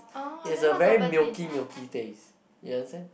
is a very milky milky taste you understand